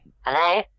Hello